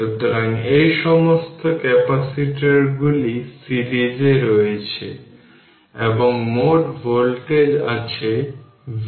সুতরাং এই সমস্ত ক্যাপাসিটারগুলি সিরিজে রয়েছে এবং মোট ভোল্টেজ আছে v